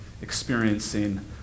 experiencing